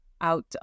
out